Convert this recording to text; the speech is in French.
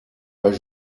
pas